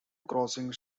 crossing